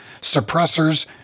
Suppressors